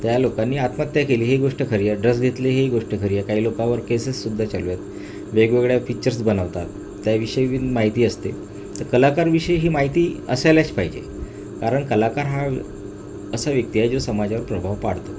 त्या लोकांनी आत्महत्या केली ही गोष्ट खरी आहे ड्रस घेतले ही गोष्ट खरी आहे काही लोकावर केसेससुद्धा चालू आहेत वेगवेगळ्या पिक्चर्स बनवतात त्या विषयी बी माहिती असते त कलाकारविषयी ही माहिती असायलाच पाहिजे कारण कलाकार हा असा व्यक्ती आहे जो समाजावर प्रभाव पाडतो